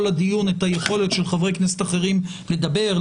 הדיון את היכולת של חברי כנסת אחרים לדבר,